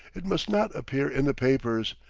it must not appear in the papers.